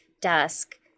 dusk